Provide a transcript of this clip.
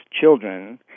children